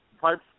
pipes